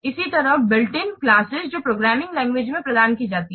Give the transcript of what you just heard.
इसी तरह built in classes जो प्रोग्रामिंग लैंग्वेजेज में प्रदान की जाती हैं